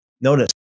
Notice